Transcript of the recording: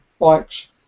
bikes